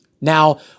Now